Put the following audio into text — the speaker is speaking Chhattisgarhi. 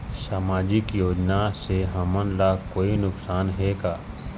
सामाजिक योजना से हमन ला कोई नुकसान हे का?